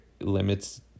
limits